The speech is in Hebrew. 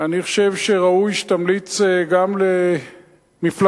אני חושב שראוי שתמליץ גם למפלגתך,